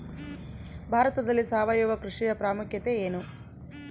ಭಾರತದಲ್ಲಿ ಸಾವಯವ ಕೃಷಿಯ ಪ್ರಾಮುಖ್ಯತೆ ಎನು?